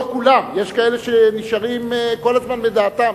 לא כולם, יש כאלה שנשארים כל הזמן בדעתם.